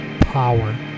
power